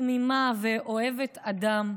תמימה ואוהבת אדם.